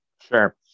Sure